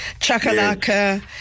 chakalaka